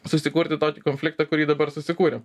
susikurti tokį konfliktą kurį dabar susikūrėm